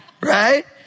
right